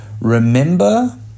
remember